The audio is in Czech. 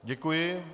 Děkuji.